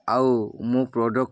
ଆଉ ମୁଁ ପ୍ରଡ଼କ୍ଟ୍